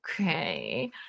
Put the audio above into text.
Okay